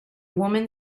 woman